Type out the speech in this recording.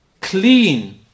clean